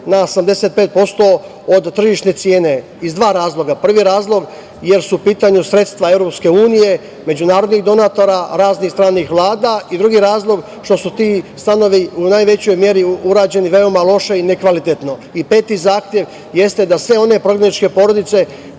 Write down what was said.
na 85% od tržišne cene. Iz dva razloga. Prvi razlog jer su u pitanju sredstva EU, međunarodnih donatora, raznih stranih vlada. Drugi razlog, što su ti stanovi u najvećoj meri urađeni veoma loše i nekvalitetno. Peti zahtev jeste da sve one prognane porodice